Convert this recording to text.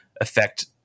affect